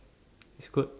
it's good